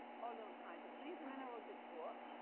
all those kinds of things. and then i wrote this book.